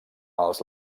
els